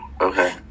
okay